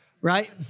Right